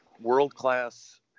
world-class